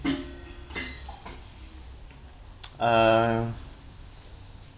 uh